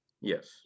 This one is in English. Yes